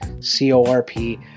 C-O-R-P